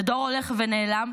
זה דור הולך ונעלם,